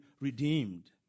redeemed